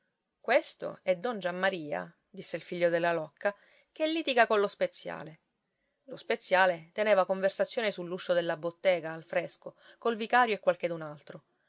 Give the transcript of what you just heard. questo è don giammaria disse il figlio della locca che litiga collo speziale lo speziale teneva conversazione sull'uscio della bottega al fresco col vicario e